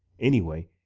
anyway,